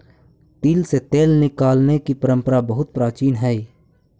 तिल से तेल निकालने की परंपरा बहुत प्राचीन हई